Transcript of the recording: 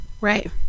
right